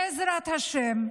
בעזרת השם,